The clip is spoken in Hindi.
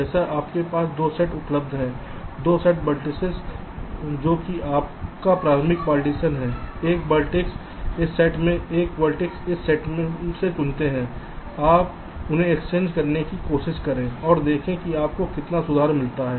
जैसे आपके पास 2 सेट उपलब्ध हैं 2 सेट वर्टिस जो कि आपका प्रारंभिक पार्टीशन है 1 वर्टेक्स इस सेट से और 1 वर्टेक्स इस सेट से चुनते हैं आप उन्हें एक्सचेंज करने की कोशिश करें और देखें कि आपको कितना सुधार मिलता है